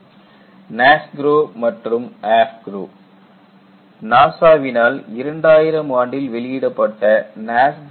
NASGRO and AFGROW NASGRO மற்றும் AFGROW NASA வினால் 2000 ஆம் ஆண்டில் வெளியிடப்பட்ட NASGROW 3